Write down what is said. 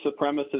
supremacist